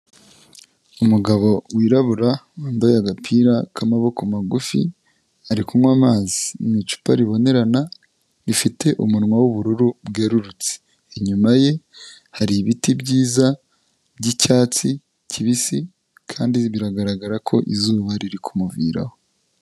Umugabo wirabura wambaye agapira k'amaboko magufi, ari kunywa amazi mu icupa ribonerana rifite umunwa w'ubururu bwerurutse, inyuma ye hari ibiti byiza by'icyatsi kibisi kandi biragaragara ko izuba riri kumuviraraho.